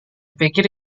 pikir